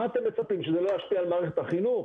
מה אתם מצפים, שזה לא ישפיע על מערכת החינוך?